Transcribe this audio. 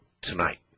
tonight